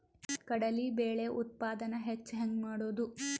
ಕಡಲಿ ಬೇಳೆ ಉತ್ಪಾದನ ಹೆಚ್ಚು ಹೆಂಗ ಮಾಡೊದು?